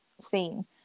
scene